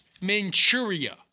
Manchuria